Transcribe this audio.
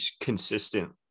consistent